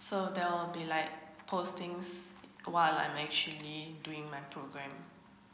so there will be like postings while I'm actually doing my program